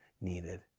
needed